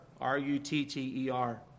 R-U-T-T-E-R